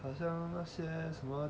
好像那些什么